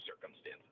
circumstances